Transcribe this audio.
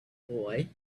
boy